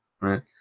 right